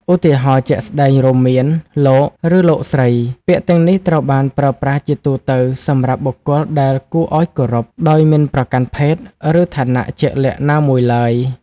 ឧទាហរណ៍ជាក់ស្តែងរួមមាន លោក ឬ លោកស្រី ពាក្យទាំងនេះត្រូវបានប្រើប្រាស់ជាទូទៅសម្រាប់បុគ្គលដែលគួរឱ្យគោរព ដោយមិនប្រកាន់ភេទ ឬឋានៈជាក់លាក់ណាមួយឡើយ។